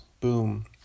Boom